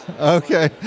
Okay